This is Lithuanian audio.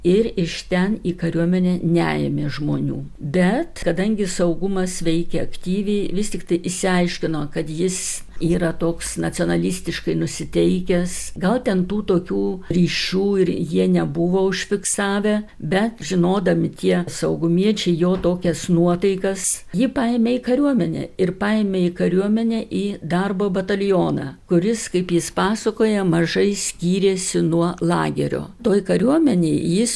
ir iš ten į kariuomenę neėmė žmonių bet kadangi saugumas veikė aktyviai vis tiktai išsiaiškino kad jis yra toks nacionalistiškai nusiteikęs gal ten tų tokių ryšių ir jie nebuvo užfiksavę bet žinodami tie saugumiečiai jo tokias nuotaikas jį paėmė į kariuomenę ir paėmė į kariuomenę į darbo batalioną kuris kaip jis pasakoja mažai skyrėsi nuo lagerio toj kariuomenėj jis